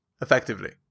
effectively